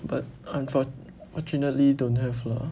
but unfortunately don't have lah